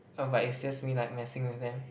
oh but it's just me like messing with them